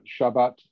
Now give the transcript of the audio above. Shabbat